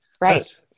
right